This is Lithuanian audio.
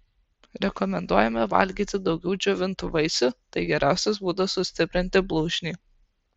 rekomenduojame valgyti daugiau džiovintų vaisių tai geriausias būdas sustiprinti blužnį